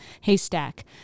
haystack